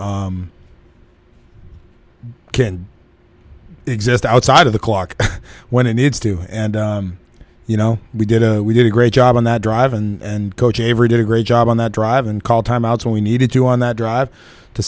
that can exist outside of the clock when it needs to and you know we did and we did a great job on that drive and coach avery did a great job on that drive and called timeouts when we needed to on that drive to